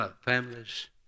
Families